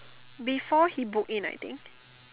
before he book in I think